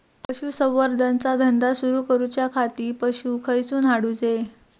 पशुसंवर्धन चा धंदा सुरू करूच्या खाती पशू खईसून हाडूचे?